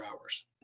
hours